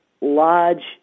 large